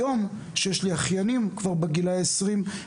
היום כשיש לי אחיינים כבר בגילאי 20,